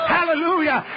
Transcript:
Hallelujah